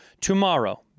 Tomorrow